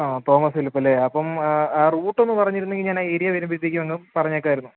ആ Thomas Philip അല്ലേ അപ്പം ആ റൂട്ട് ഒന്ന് പറഞ്ഞിരുന്നെങ്കിൽ ഞാൻ ആ ഏരിയ വരുമ്പോഴത്തേക്കും അങ്ങ് പറഞ്ഞേക്കാമായിരുന്നു